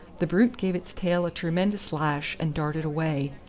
the brute gave its tail a tremendous lash, and darted away,